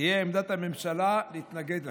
תהיה עמדת הממשלה להתנגד להן.